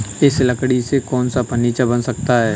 इस लकड़ी से कौन सा फर्नीचर बन सकता है?